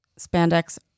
spandex